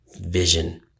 vision